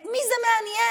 את מי זה מעניין?